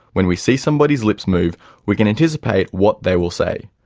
when we see somebody's lips move we can anticipate what they will say.